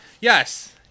yes